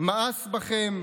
מאס בכם.